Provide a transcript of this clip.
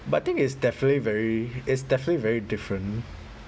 but I think it's definitely very it's definitely very different